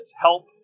help